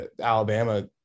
Alabama